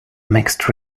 mixed